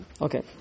Okay